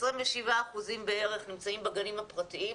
27% בערך נמצאים בגנים הפרטיים,